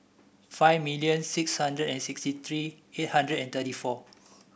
five million six hundred and sixty three eight hundred and thirty four